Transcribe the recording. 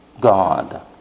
God